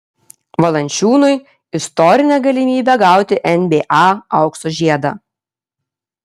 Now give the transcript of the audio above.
valančiūnui istorinė galimybė gauti nba aukso žiedą